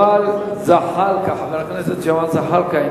חבר הכנסת ג'מאל זחאלקה,